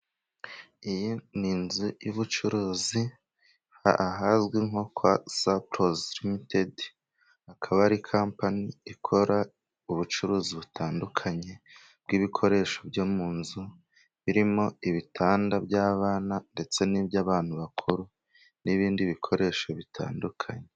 Iyi n'inzu y'ubucuruzi ahazwi nko kwa saporozi limitedi, akaba ari kapani ikora ubucuruzi butandukanye bw'ibikoresho byo mu nzu, birimo ibitanda by'abana ndetse n'iby'abantu bakuru n'ibindi bikoresho bitandukanye. .